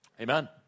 Amen